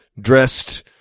dressed